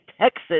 Texas